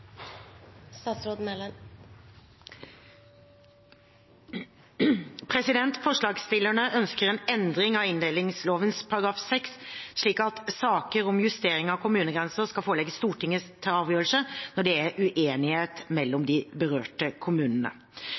Forslagsstillerne ønsker en endring av inndelingsloven § 6, slik at saker om justering av kommunegrenser skal forelegges Stortinget til avgjørelse når det er uenighet mellom de berørte kommunene.